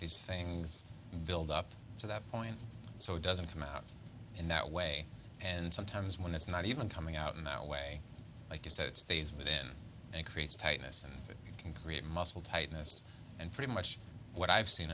these things build up to that point so it doesn't come out in that way and sometimes when it's not even coming out in that way like you said it stays within and it creates tightness and it can create muscle tightness and pretty much what i've seen